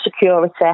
security